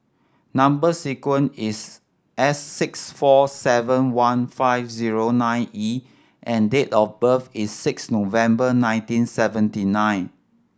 number sequence is S six four seven one five zero nine E and date of birth is six November nineteen seventy nine